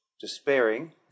DESPAIRING